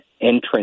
entrance